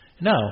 No